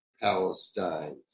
Palestine